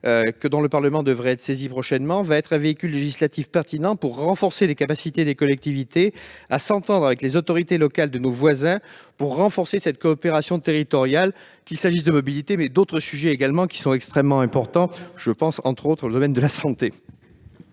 dont le Parlement devrait être saisi prochainement, va être un véhicule législatif pertinent pour renforcer les capacités des collectivités à s'entendre avec les autorités locales de nos voisins pour conforter cette coopération territoriale, qu'il s'agisse de mobilités, mais aussi d'autres sujets extrêmement importants. Je pense notamment au domaine de la santé.